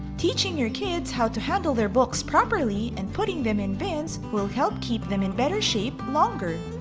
teaching your kids how to handle their books properly and putting them in bins will help keep them in better shape longer.